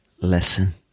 listen